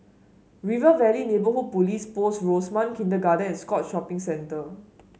River Valley Neighbourhood Police Post Rosemount Kindergarten and Scotts Shopping Centre